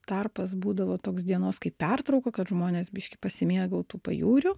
tarpas būdavo toks dienos kaip pertrauka kad žmonės biškį pasimėgautų pajūriu